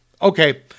Okay